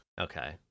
Okay